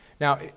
Now